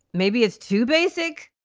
maybe it's too basic